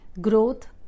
growth